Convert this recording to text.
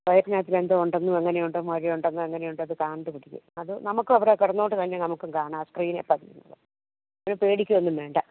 വയറ്റിനകത്തിൽ എന്ത് ഉണ്ടെന്നും എങ്ങനെ ഉണ്ട് മുഴ ഉണ്ടോ എങ്ങനെ ഉണ്ടെന്ന് കണ്ടുപിടിക്കും അത് നമുക്കും അവടെ കിടന്നുകൊണ്ട് തന്നെ നമുക്കും കാണാം സ്ക്രീനെ കണ്ടുപിടിക്കും അതിന് പേടിക്കുകയൊന്നും വേണ്ട